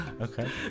okay